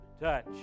touch